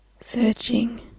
searching